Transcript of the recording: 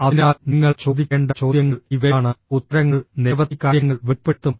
അതിനാൽ നിങ്ങൾ ചോദിക്കേണ്ട ചോദ്യങ്ങൾ ഇവയാണ് ഉത്തരങ്ങൾ നിരവധി കാര്യങ്ങൾ വെളിപ്പെടുത്തും